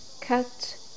cut